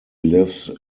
lives